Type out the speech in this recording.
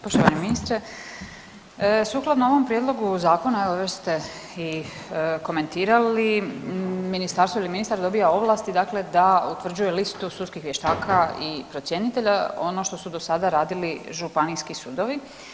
Poštovani ministre, sukladno ovom Prijedlogu zakona evo već ste i komentirali Ministarstvo ili ministar dobiva ovlasti dakle da utvrđuje listu sudskih vještaka i procjenitelja ono što su do sada radili županijski sudovi.